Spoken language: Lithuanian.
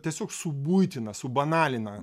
tiesiog subuitina subanalina